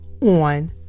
on